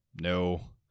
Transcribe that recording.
No